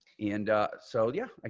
and so yeah, ah